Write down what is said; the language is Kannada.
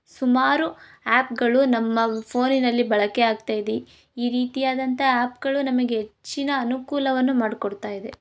ಸುಮಾರು ಆ್ಯಪ್ಗಳು ನಮ್ಮ ಫೋನಿನಲ್ಲಿ ಬಳಕೆ ಆಗ್ತಾ ಇದೆ ಈ ರೀತಿಯಾದಂಥ ಆ್ಯಪ್ಗಳು ನಮಗೆ ಹೆಚ್ಚಿನ ಅನುಕೂಲವನ್ನು ಮಾಡಿಕೊಡ್ತಾ ಇದೆ